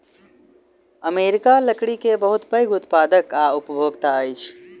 America लकड़ी के बहुत पैघ उत्पादक आ उपभोगता अछि